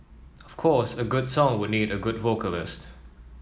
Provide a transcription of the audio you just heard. of course a good song would need a good vocalist